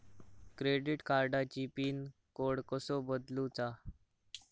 Credit कार्डची pin code कसो बदलुचा?